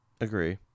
agree